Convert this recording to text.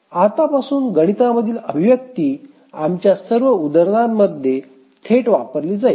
आता पासून गणिता मधील अभिव्यक्ती आमच्या सर्व उदाहरणांमध्ये थेट वापरली जाईल